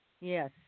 Yes